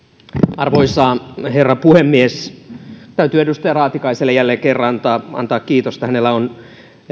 arvoisa herra puhemies täytyy edustaja raatikaiselle jälleen kerran antaa antaa kiitosta hänellä on